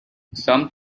some